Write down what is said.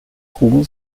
trugen